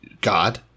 God